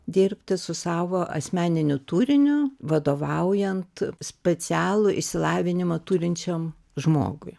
dirbti su savo asmeniniu turiniu vadovaujant specialų išsilavinimą turinčiam žmogui